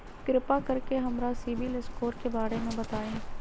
कृपा कर के हमरा सिबिल स्कोर के बारे में बताई?